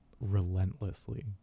relentlessly